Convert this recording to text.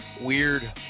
weird